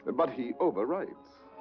but he overwrites.